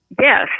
Yes